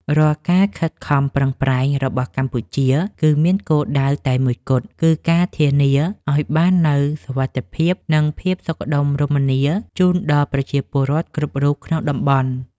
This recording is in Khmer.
រាល់ការខិតខំប្រឹងប្រែងរបស់កម្ពុជា គឺមានគោលដៅតែមួយគត់គឺការធានាឱ្យបាននូវសុវត្ថិភាព និងភាពសុខដុមរមនាជូនដល់ប្រជាពលរដ្ឋគ្រប់រូបក្នុងតំបន់។